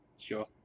Sure